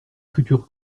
future